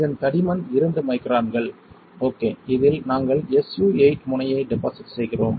இதன் தடிமன் இரண்டு மைக்ரான்கள் ஓகே இதில் நாங்கள் SU 8 முனையை டெபாசிட் செய்கிறோம்